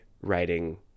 writing